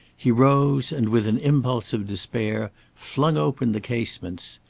he rose and, with an impulse of despair, flung open the casements.